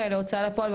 כמו הוצאה לפועל,